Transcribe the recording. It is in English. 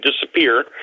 disappear